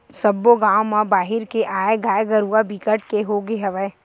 सब्बो गाँव म बाहिर के आए गाय गरूवा बिकट के होगे हवय